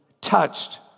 touched